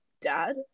dad